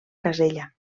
casella